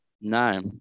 no